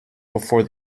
before